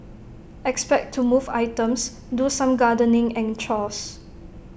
expect to move items do some gardening and chores